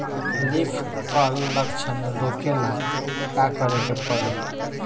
Leaf curl लक्षण रोकेला का करे के परी?